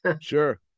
Sure